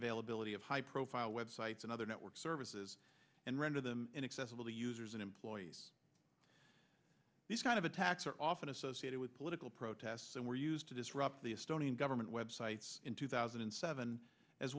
availability of high profile way sites and other network services and render them inaccessible to users and employees these kind of attacks are often associated with political protests and were used to disrupt the estonian government web sites in two thousand and seven as